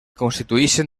constituïxen